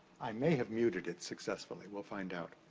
i may have muted it successfully. we'll find out.